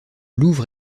louvre